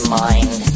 mind